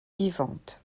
vivante